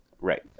right